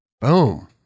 Boom